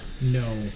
No